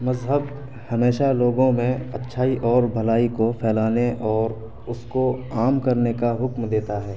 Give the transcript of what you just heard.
مذہب ہمیشہ لوگوں میں اچھائی اور بھلائی کو پھیلانے اور اس کو عام کرنے کا حکم دیتا ہے